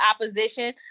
opposition